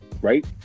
right